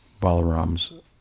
Balarams